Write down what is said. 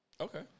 Okay